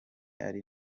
ari